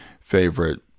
favorite